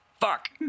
Fuck